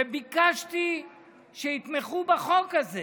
וביקשתי שיתמכו בחוק הזה,